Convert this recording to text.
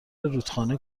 رودخانه